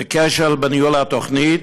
זה כשל בניהול התוכנית,